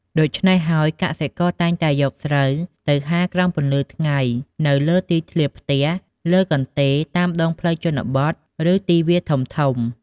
ដូច្នេះហើយ កសិករតែងតែយកស្រូវទៅហាលក្រោមពន្លឺថ្ងៃនៅលើទីធ្លាផ្ទះ លើកន្ទេល តាមដងផ្លូវជនបទ ឬទីវាលធំៗ។